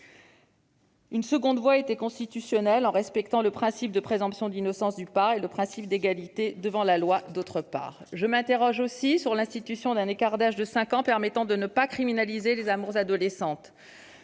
Une seconde voie était constitutionnelle, consistant à respecter tant le principe de la présomption d'innocence que le principe d'égalité devant la loi. Je m'interroge aussi sur l'institution d'un écart d'âge de cinq ans permettant de ne pas criminaliser les amours adolescentes.